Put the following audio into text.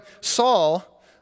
Saul